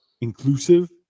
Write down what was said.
inclusive